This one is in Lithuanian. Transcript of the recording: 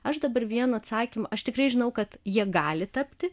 aš dabar vieną atsakymą aš tikrai žinau kad jie gali tapti